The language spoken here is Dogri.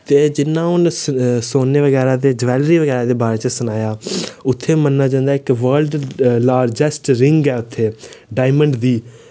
ते जिन्ना हून सोने बगैरा ते ज्वैलरी बगैरा दे बारे च सनाया उत्थै मन्नेया जंदा इक वर्ल्ड लार्जेस्ट रिंग ऐ उत्थै डायमंड दी